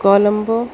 Colombo